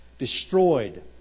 destroyed